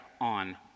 on